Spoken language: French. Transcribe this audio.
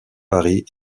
paris